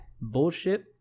bullshit